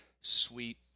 sweet